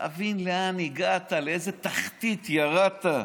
תבין לאן הגעת, לאיזו תחתית ירדת.